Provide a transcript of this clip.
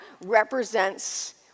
represents